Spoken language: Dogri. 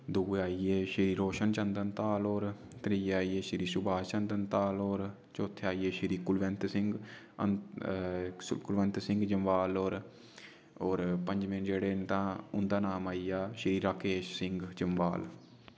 दुए आई गे श्री रोशन चन्दन ताल होर त्रिए आई गे श्री सुभाष चन्दन ताल होर चौथे आई गे श्री कुलवैन्त सिंह् ऐ कुलवैन्त सिंह जम्वाल होर होर पंजमे जेह्ड़े न तां उन्दा नाम आई गेआ श्री राकेश सिंह जम्वाल